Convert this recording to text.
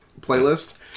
playlist